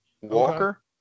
Walker